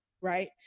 right